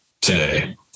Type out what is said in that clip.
today